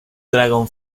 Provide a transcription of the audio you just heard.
dragon